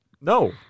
No